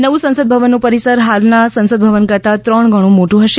નવું સંસદ ભવનનું પરિસર હાલના સંસદ ભવન કરતાં ત્રણ ગણું મોટું હશે